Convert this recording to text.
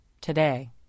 Today